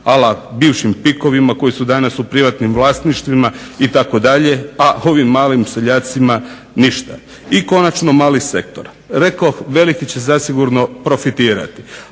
a la bivšim Pikovima koji su danas u privatnim vlasništvima itd., a ovim malim seljacima ništa. I konačno mali sektor. Rekoh veliki će zasigurno profitirati,